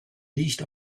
liegt